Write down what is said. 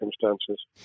circumstances